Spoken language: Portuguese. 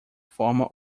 forma